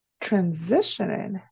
transitioning